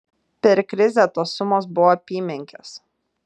per krizę tos sumos buvo apymenkės